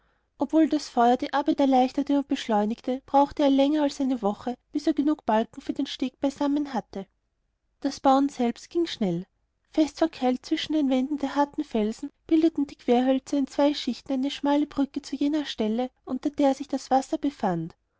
obwohl das feuer die arbeit erleichterte und beschleunigte brauchte er länger als eine woche bis er genug balken für den steg beisammen hatte das bauen selbst ging schnell fest verkeilt zwischen den wänden der harten felsen bildeten die querhölzer in zwei schichten eine schmale brücke zu jener stelle unter der sich das wasser befand